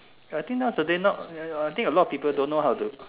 I think nowadays not uh I think a lot of people don't know how to